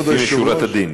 לפנים משורת הדין,